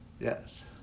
Yes